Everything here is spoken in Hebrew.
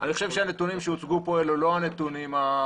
הוא גם באותה הזדמנות מנקה אותו וכשהוא פוגש מטיילים הוא נותן להם שקיות